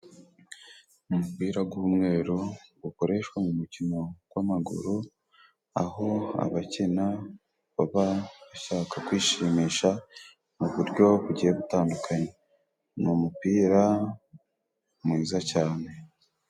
Umupira gw'umweru gukoreshwa mu mukino gw'amaguru, aho abakina baba bashaka kwishimisha mu buryo bugiye gutandukanye. Ni umupira mwiza cane.